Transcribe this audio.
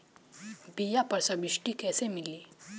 बीया पर सब्सिडी कैसे मिली?